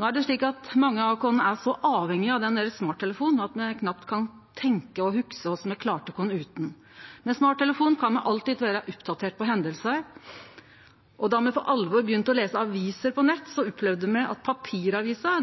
No er det slik at mange av oss er så avhengige av den smarttelefonen at me knapt kan tenkje og hugse korleis me klarte oss utan. Med smarttelefon kan me alltid vere oppdaterte på hendingar. Då me for alvor begynte å lese aviser på nett, opplevde me at papiravisa